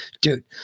Dude